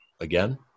Again